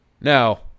Now